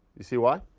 you see why?